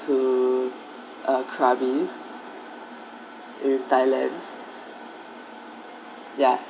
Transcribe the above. to uh krabi in thailand ya